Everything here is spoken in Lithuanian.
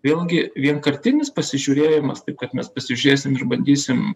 vėlgi vienkartinis pasižiūrėjimas taip kad mes pasižiūrėsim ir bandysim